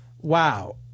wow